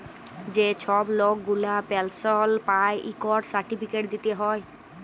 যে ছব লক গুলা পেলশল পায় ইকট সার্টিফিকেট দিতে হ্যয়